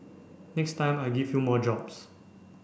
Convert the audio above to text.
next time I give you more jobs